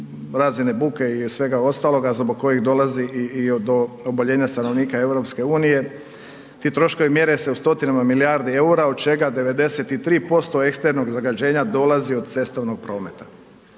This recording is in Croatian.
razine buke i od svega ostaloga zbog kojih dolazi i do oboljenja stanovnika EU. Ti troškova mjere se u stotinama milijardi EUR-a od čega 93% eksternog zagađenja dolazi od cestovnog prometa.